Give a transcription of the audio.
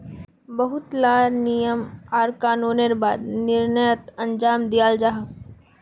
बहुत ला नियम आर कानूनेर बाद निर्यात अंजाम दियाल जाहा